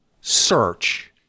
search